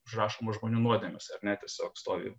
užrašoma žmonių nuodėmes ar ne tiesiog stovi